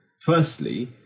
firstly